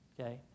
Okay